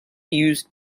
used